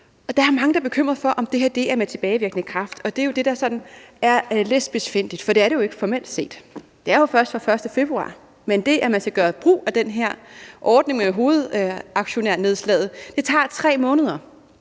Der er mange, der er bekymret for, om det her er med tilbagevirkende kraft. Det er jo det, der sådan er lidt spidsfindigt, for det er det ikke formelt set. Det er jo først fra den 1. februar, men det, at man skal gøre brug af den her ordning med hovedaktionærnedslaget, tager 3 måneder.